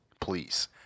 Please